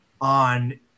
on